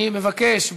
אני מבקש,